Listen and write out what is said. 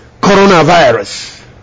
coronavirus